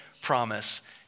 promise